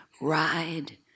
ride